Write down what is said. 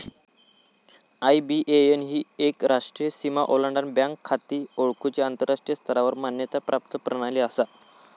IBAN ही एक राष्ट्रीय सीमा ओलांडान बँक खाती ओळखुची आंतराष्ट्रीय स्तरावर मान्यता प्राप्त प्रणाली असा